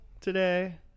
today